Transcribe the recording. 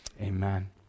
amen